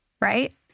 Right